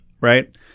right